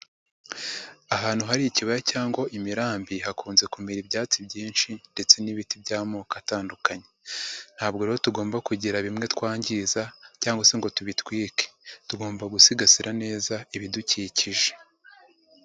Ahantu hari ikibaya cyangwa imirambi hakunze kumera ibyatsi byinshi ndetse n'ibiti by'amoko atandukanye, ntabwo rero tugomba kugira bimwe twangiza cyangwa se ngo tubitwike, tugomba gusigasira neza ibidukikije.